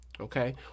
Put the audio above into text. Okay